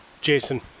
Jason